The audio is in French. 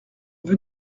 veut